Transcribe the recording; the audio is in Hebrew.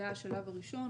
זה היה השלב הראשון.